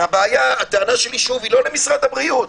כי הטענה שלי, שוב, היא לא למשרד הבריאות.